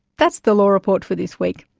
that's the law report for this week.